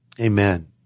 amen